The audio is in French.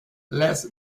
lès